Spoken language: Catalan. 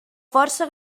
força